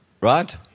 Right